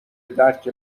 درک